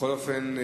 בכל אופן,